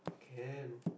can